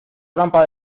trampa